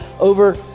over